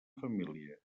família